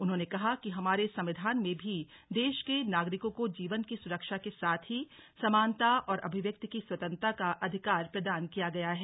उन्होंने कहा कि हमारे संविधान में भी देश के नागरिकों को जीवन की सुरक्षा के साथ ही समानता और अभिव्यक्ति की स्वतंत्रता का अधिकार प्रदान किया गया है